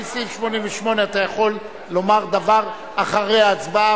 לפי סעיף 88 אתה יכול לומר דבר אחרי ההצבעה,